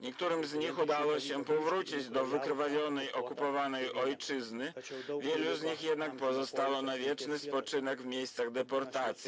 Niektórym z nich udało się powrócić do wykrwawionej, okupowanej ojczyzny, wielu z nich jednak pozostało na wieczny spoczynek w miejscach deportacji.